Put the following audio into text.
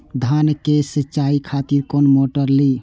धान के सीचाई खातिर कोन मोटर ली?